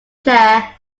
chair